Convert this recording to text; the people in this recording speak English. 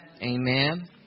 Amen